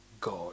God